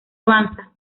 avanza